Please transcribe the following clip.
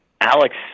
Alex